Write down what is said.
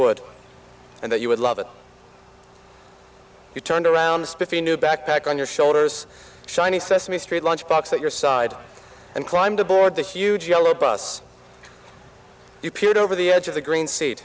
would and that you would love it you turned around spiffy new backpack on your shoulders shiny sesame street lunchbox at your side and climbed aboard the huge yellow bus you peered over the edge of the green seat